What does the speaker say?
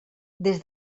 des